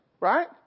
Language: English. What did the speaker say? right